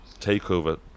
takeover